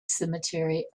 cemetery